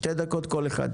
שתי דקות כל אחד.